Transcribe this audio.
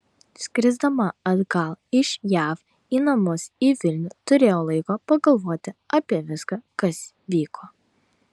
skrisdama atgal iš jav į namus į vilnių turėjau laiko pagalvoti apie viską kas vyko